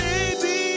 Baby